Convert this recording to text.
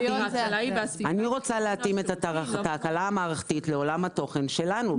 אני רוצה להתאים את התקלה המערכתית לעולם התוכן שלנו,